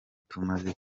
tumaze